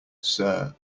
sir